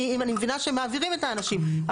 כי אני מבינה שמעבירים את האנשים.